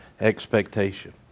expectation